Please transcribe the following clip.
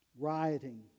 rioting